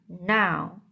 now